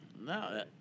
No